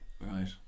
right